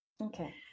Okay